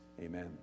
Amen